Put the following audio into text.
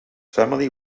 family